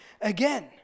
again